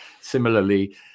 Similarly